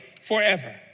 forever